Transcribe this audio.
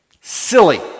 Silly